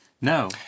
No